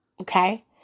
Okay